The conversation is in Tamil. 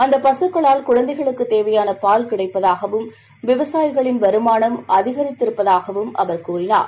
அந்த பகக்களால் குழந்தைகளுக்குத் தேவையான பால் கிடைப்பதாகவும் விவசாயிகளின் வருமானம் அதிகரித்திருப்பதாக அவர் கூறினார்